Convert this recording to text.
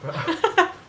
pro~